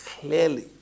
clearly